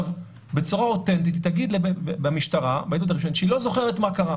בצורה אותנטית היא תגיד בעדות הראשונית במשטרה שהיא לא זוכרת מה קרה.